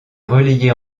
relayée